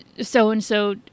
so-and-so